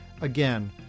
again